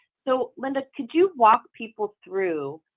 so linda, could you walk people through?